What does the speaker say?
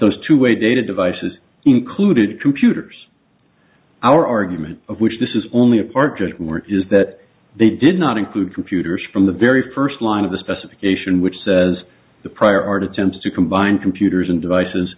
those two way data devices included computers our argument of which this is only a part to work is that they did not include computers from the very first line of the specification which says the prior art attempts to combine computers and devices